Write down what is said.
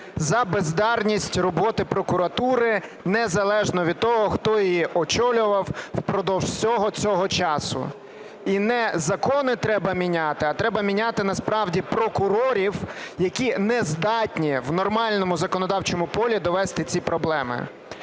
за бездарність роботи прокуратури, незалежно від того, хто її очолював впродовж всього цього часу. І не закони треба міняти, а треба міняти насправді прокурорів, які не здатні в нормальному законодавчому полі довести ці проблеми.